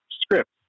script